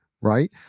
Right